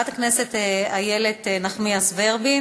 חברת הכנסת איילת נחמיאס ורבין,